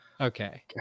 Okay